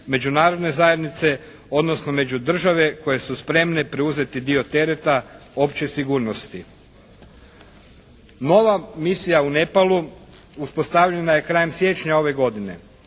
međunarodne zajednice odnosno među države koje su spremne preuzeti dio tereta opće sigurnosti. Nova misija u Nepalu uspostavljena je krajem siječnja ove godine.